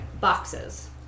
boxes